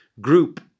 group